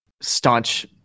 staunch